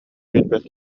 билбэт